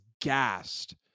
gassed